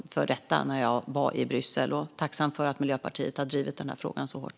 Jag är tacksam för att Miljöpartiet har drivit denna fråga så hårt.